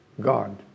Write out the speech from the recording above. God